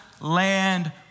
land